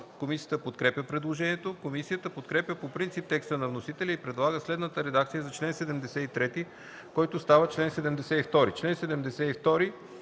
Комисията подкрепя предложението. Комисията подкрепя по принцип текста на вносителя и предлага следната редакция за чл. 83, който става чл. 81: „Чл. 81.